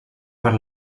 per